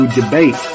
debate